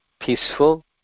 peaceful